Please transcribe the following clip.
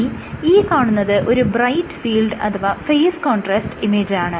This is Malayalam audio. ഇനി ഈ കാണുന്നത് ഒരു ബ്രൈറ്റ് ഫീൽഡ് അഥവാ ഫേസ് കോൺട്രാസ്റ് ഇമേജാണ്